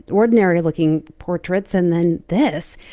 ordinary looking portraits and then this.